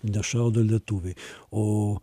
nešaudo lietuviai o